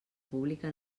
pública